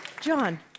John